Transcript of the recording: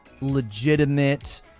legitimate